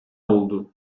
oldu